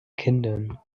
kindern